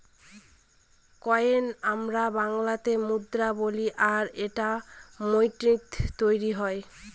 কয়েনকে আমরা বাংলাতে মুদ্রা বলি আর এটা মিন্টৈ তৈরী হয়